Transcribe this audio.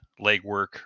legwork